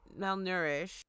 malnourished